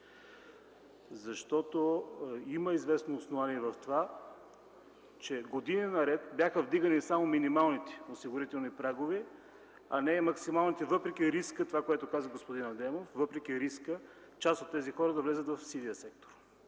Има известни основания в това, че години наред бяха вдигани само минималните осигурителни прагове, а не максималните, въпреки риска – това, което каза господин Адемов, част от тези хора да влязат в сивия сектор.